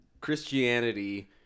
Christianity